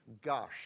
gush